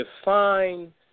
define